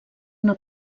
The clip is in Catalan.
una